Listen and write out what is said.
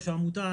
יושב-ראש העמותה,